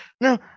No